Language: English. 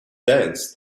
dance